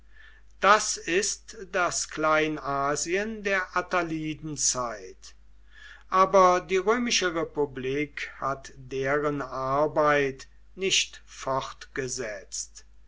das ist das kleinasien der attalidenzeit aber die römische republik hat deren arbeit nicht fortgesetzt